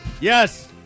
Yes